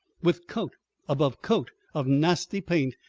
with coat above coat of nasty paint,